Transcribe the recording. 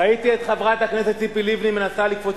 ראיתי את חברת הכנסת ציפי לבני מנסה לתפוס